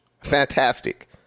Fantastic